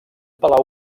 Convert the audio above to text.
palau